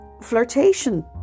flirtation